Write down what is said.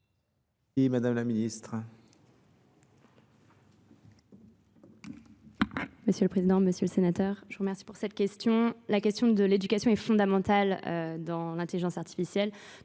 Merci Madame la Ministre.